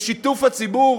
לשיתוף הציבור?